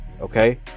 okay